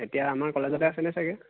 এতিয়া আমাৰ কলেজতে আছে নহয় চাগে